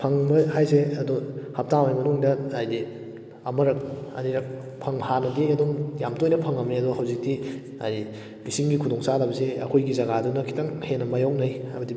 ꯐꯪꯗ꯭ꯔꯦ ꯍꯥꯏꯁꯦ ꯑꯗꯣ ꯍꯞꯇꯥ ꯑꯃꯒꯤ ꯃꯅꯨꯡꯗ ꯍꯥꯏꯗꯤ ꯑꯃꯨꯔꯛ ꯑꯅꯤꯔꯛ ꯍꯥꯟꯅꯗꯤ ꯑꯗꯨꯝ ꯌꯥꯝ ꯇꯣꯏꯅ ꯐꯪꯂꯝꯃꯦ ꯑꯗꯣ ꯍꯧꯖꯤꯛꯇꯤ ꯍꯥꯏꯗꯤ ꯏꯁꯤꯡꯒꯤ ꯈꯨꯗꯣꯡ ꯆꯥꯗꯕꯁꯦ ꯑꯩꯈꯣꯏꯒꯤ ꯖꯒꯥꯗꯨꯅ ꯈꯤꯇꯪ ꯍꯦꯟꯅ ꯃꯥꯏꯌꯣꯛꯅꯩ ꯍꯥꯏꯕꯗꯤ